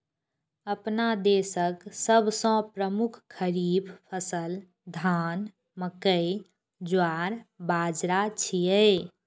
अपना देशक सबसं प्रमुख खरीफ फसल धान, मकई, ज्वार, बाजारा छियै